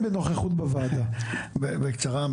בקצרה,